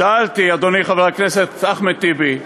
שאלתי, אדוני חבר הכנסת אחמד טיבי,